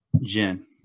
Jen